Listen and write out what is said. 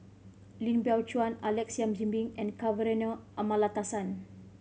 Lim Biow Chuan Alex Yam Ziming and Kavignareru Amallathasan